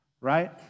right